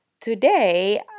Today